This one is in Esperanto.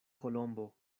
kolombo